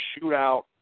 shootout